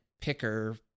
picker